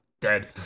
dead